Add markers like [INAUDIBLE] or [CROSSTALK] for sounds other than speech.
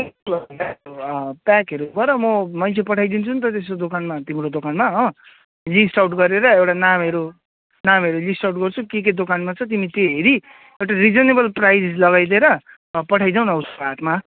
[UNINTELLIGIBLE] प्याकहरू गर म मान्छे पठाइदिन्छु नि त त्यस्तो दोकानमा तिम्रो दोकानमा हो लिस्ट आउट गरेर एउटा नामहरू नामहरू लिस्ट आउट गर्छु के के दोकानमा छ तिमी त्यो हेरी एउटा रिजनेबल प्राइस लगाइदिएर पठाइदेऊ न उसको हातमा